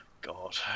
God